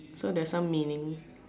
so there's some meaning